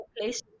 places